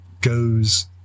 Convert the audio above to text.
goes